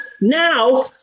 now